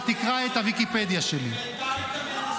באיזה קרב היית שהם מנצחים?